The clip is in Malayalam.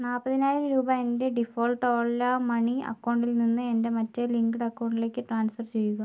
നാപ്പതിനായിരം രൂപ എൻ്റെ ഡിഫോൾട്ട് ഓല മണി അക്കൗണ്ടിൽ നിന്ന് എൻ്റെ മറ്റേ ലിങ്ക്ഡ് അക്കൗണ്ടിലേക്ക് ട്രാൻസ്ഫർ ചെയ്യുക